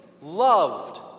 loved